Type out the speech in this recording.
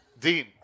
Dean